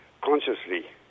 consciously